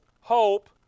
hope